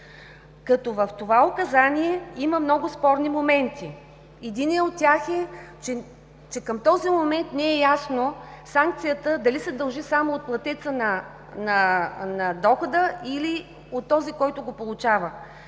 Закона. В това указание има много спорни моменти. Единият от тях е, че към този момент не е ясно санкцията дали се дължи само от платеца на дохода, или от този, който го получава.